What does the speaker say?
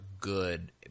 good